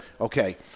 Okay